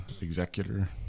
Executor